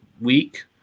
week